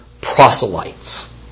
proselytes